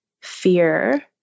fear